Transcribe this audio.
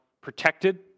protected